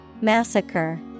Massacre